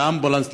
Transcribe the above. לאמבולנס,